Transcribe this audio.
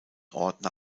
ordner